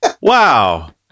wow